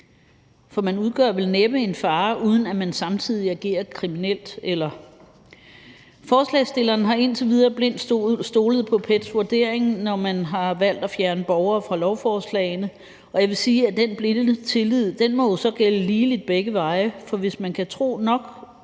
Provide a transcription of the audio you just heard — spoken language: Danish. For man udgør vel næppe en fare, uden at man samtidig agerer kriminelt. Forslagsstillerne har indtil videre blindt stolet på PET's vurdering, når man har valgt at fjerne borgere fra lovforslagene, og jeg vil sige, at den blinde tillid jo så må gælde ligeligt begge veje, for hvis man kan tro nok